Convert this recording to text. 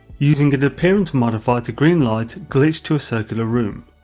using an appearance modifier to green light, glitch to a circular room.